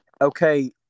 Okay